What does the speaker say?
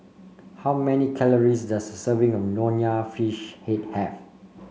how many calories does a serving of Nonya Fish Head have